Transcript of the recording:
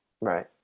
Right